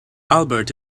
albert